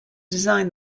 design